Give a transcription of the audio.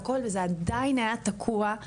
זה עדיין היה תקוע,